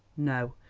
no,